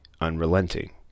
unrelenting